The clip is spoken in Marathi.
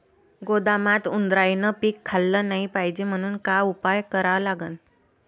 गोदामात उंदरायनं पीक खाल्लं नाही पायजे म्हनून का उपाय करा लागन?